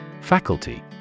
Faculty